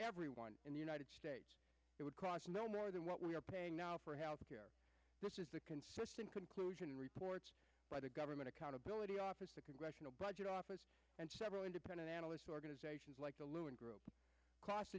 everyone in the united states it would cost no more than what we are paying now for health care this is a consistent conclusion report by the government accountability office the congressional budget office and several independent analysts organizations like the lewin group cost